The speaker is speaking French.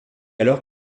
alors